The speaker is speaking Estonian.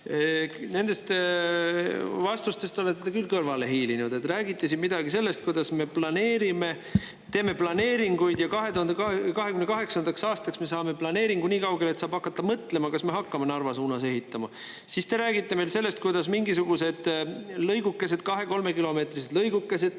nendest vastustest te olete küll kõrvale hiilinud. Räägite siin midagi sellest, kuidas me planeerime, teeme planeeringuid ja 2028. aastaks saame planeeringu nii kaugele, et saab hakata mõtlema, kas me hakkame Narva suunas ehitama. Siis te räägite veel sellest, kuidas mingisugused 2–3-kilomeetrised lõigukesed